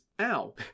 ow